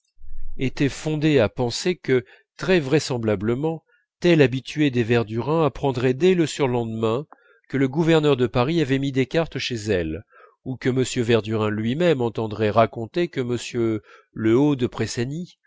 était fondée à penser que très vraisemblablement tel habitué des verdurin apprendrait dès le surlendemain que le gouverneur de paris avait mis des cartes chez elle ou que m verdurin lui-même entendrait raconter que m le hault de